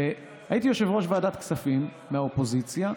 והייתי יושב-ראש ועדת הכספים מהאופוזיציה,